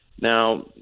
Now